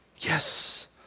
yes